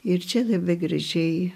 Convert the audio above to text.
ir čia labai gražiai